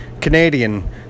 Canadian